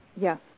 Yes